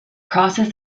crosses